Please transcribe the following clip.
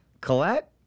Colette